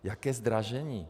Jaké zdražení?